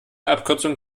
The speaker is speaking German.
abkürzung